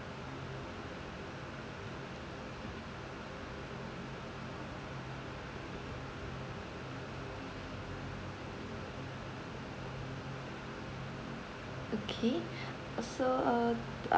okay so uh